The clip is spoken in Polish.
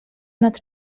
nad